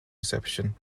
reception